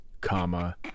comma